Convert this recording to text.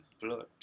Blood